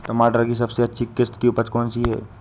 टमाटर की सबसे अच्छी किश्त की उपज कौन सी है?